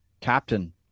captain